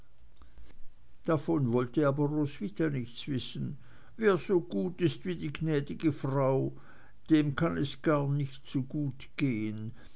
davon wollte aber roswitha nichts wissen wer so gut ist wie gnädige frau dem kann es gar nicht zu gut gehen